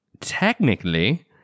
technically